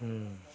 ହୁଁ